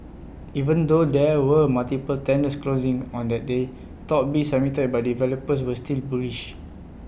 even though there were multiple tenders closings on that day top bids submitted by developers were still bullish